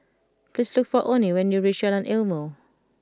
please look for Onnie when you reach Jalan Ilmu